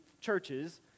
churches